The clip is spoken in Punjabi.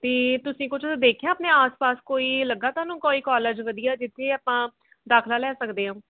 ਅਤੇ ਤੁਸੀਂ ਕੁਛ ਦੇਖਿਆ ਆਪਣੇ ਆਸ ਪਾਸ ਕੋਈ ਲੱਗਾ ਤੁਹਾਨੂੰ ਕੋਈ ਕੌਲਜ ਵਧੀਆ ਜਿੱਥੇ ਆਪਾਂ ਦਾਖ਼ਲਾ ਲੈ ਸਕਦੇ ਹਾਂ